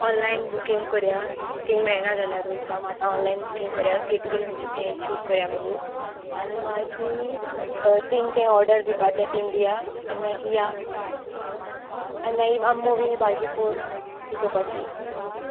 online booking करया तींग मेळना जाल्यारू सो ह आतां ऑनलायन बुकींग करया सीट बीन खंयचे तें चूज करया मगो आनी मागी तींग तें ऑर्डर दिवपा ते तींग दिया आनी मागी या आनी मागीर मुवी बागी फोर ती चोवपाची